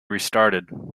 restarted